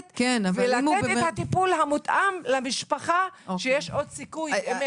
ולתת את הטיפול המותאם למשפחה כשיש עוד סיכוי לחזרה